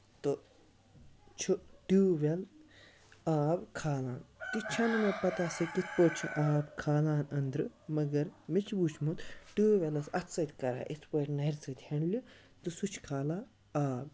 تہٕ چھُ tube well آب کھالان تہِ چھےٚ نہٕ مےٚ پَتہ سُہ کِتھ پٲٹھۍ چھُ آب کھالان أندرٕ مَگر مےٚ چھُ وُچھمُت ٹیوب وٮ۪لس اَتھٕ سۭتۍ کران یِتھۍ پٲٹھۍ نَرِ سۭتۍ ہینڈلہِ تہٕ سُہ چھُ کھالان آب